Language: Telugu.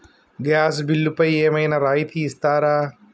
గ్యాస్ బిల్లుపై ఏమైనా రాయితీ ఇస్తారా?